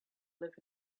live